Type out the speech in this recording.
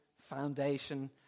foundation